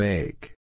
Make